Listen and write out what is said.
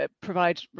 provide